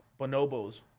bonobos